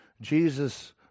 jesus